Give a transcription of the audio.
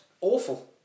awful